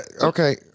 okay